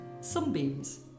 sunbeams